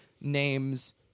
names